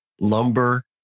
lumber